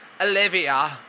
Olivia